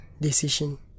decision